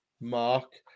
mark